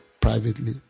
privately